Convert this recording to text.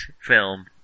film